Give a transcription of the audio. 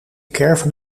caravan